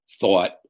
thought